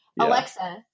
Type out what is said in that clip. alexa